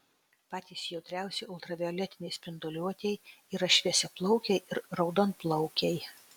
patys jautriausi ultravioletinei spinduliuotei yra šviesiaplaukiai ir raudonplaukiai